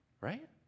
right